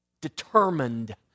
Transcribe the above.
determined